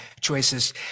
choices